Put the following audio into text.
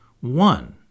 One